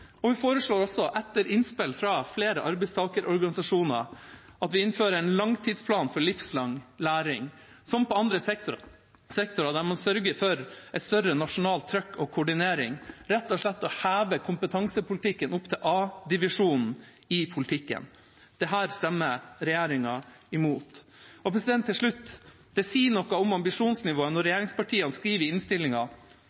imot. Vi foreslår også, etter innspill fra flere arbeidstakerorganisasjoner, å innføre en langtidsplan for livslang læring, som på andre sektorer der man sørger for et større nasjonalt trykk og koordinering, rett og slett å heve kompetansepolitikken opp til A-divisjonen i politikken. Dette stemmer regjeringa imot. Til slutt: Det sier noe om ambisjonsnivået når